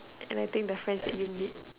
and I think the friends that you meet